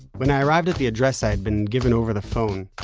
when i arrived at the address i had been given over the phone,